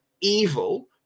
evil